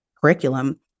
curriculum